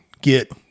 get